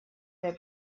their